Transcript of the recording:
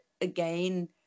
again